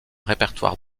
répertoire